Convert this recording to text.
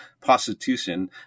prostitution